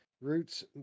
roots